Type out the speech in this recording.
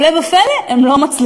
הפלא ופלא, הם לא מצליחים.